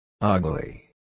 Ugly